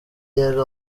yali